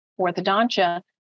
orthodontia